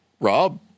Rob